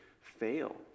fail